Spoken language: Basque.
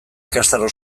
ikastaro